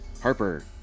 Harper